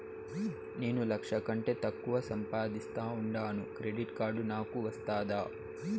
నేను లక్ష కంటే తక్కువ సంపాదిస్తా ఉండాను క్రెడిట్ కార్డు నాకు వస్తాదా